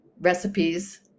recipes